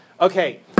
Okay